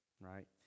right